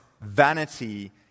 vanity